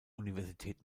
universität